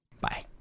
Bye